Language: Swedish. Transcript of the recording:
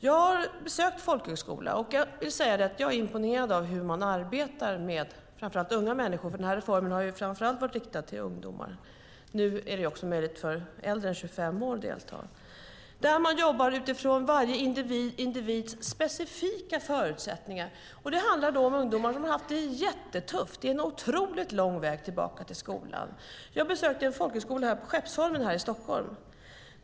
Jag har besökt folkhögskolor, och jag måste säga att jag är imponerad av hur man arbetar med framför allt unga människor. Folkhögskolesatsningen har varit främst riktad till ungdomar, men nu är det möjligt för även äldre än 25 år att delta. Där jobbar man utifrån varje individs specifika förutsättningar. Det handlar om ungdomar som har haft det jättetufft och har en otroligt lång väg tillbaka till skolan. Jag besökte folkhögskolan på Skeppsholmen i Stockholm.